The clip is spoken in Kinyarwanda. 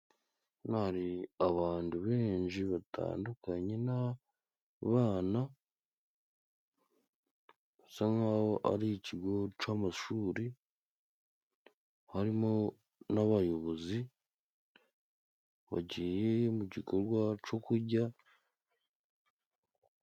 Hano hari abandu benji batandukanye n'abana bisa nkaho ari ikigo c'amashuri, harimo n'abayobozi bagiye mu gikorwa co kujya.